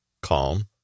Calm